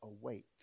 awake